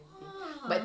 ya